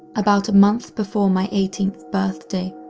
about a month before my eighteenth birthday,